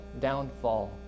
downfall